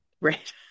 Right